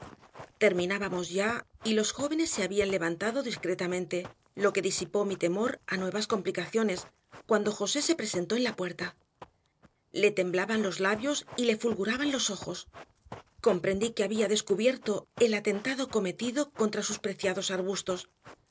terminábamos ya y los jóvenes se habían levantado discretamente lo que disipó mi temor a nuevas complicaciones cuando josé se presentó en la puerta le temblaban los labios y le fulguraban los ojos comprendí que había descubierto el atentado cometido contra sus preciados arbustos